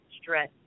stress